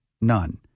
None